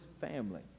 family